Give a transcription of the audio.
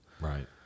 right